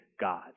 God